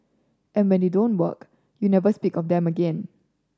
and when they don't work you never speak of them again